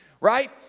right